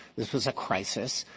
this was a crisis.